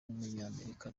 w’umunyamerika